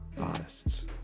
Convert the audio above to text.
artists